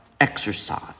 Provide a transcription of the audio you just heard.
exercise